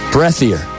Breathier